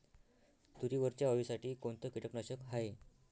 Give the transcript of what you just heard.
तुरीवरच्या अळीसाठी कोनतं कीटकनाशक हाये?